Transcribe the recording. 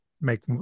make